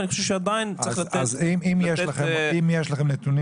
ואני חושב שעדיין צריך לתת --- אם יש לכם נתונים